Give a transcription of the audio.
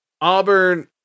Auburn